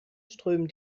strömen